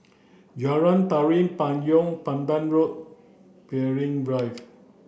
Jalan Tari Payong Pandan Road Peirce Drive